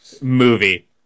Movie